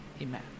Amen